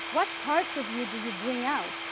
what parts of you do you bring out?